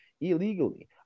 illegally